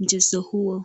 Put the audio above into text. mchezo huo.